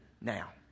now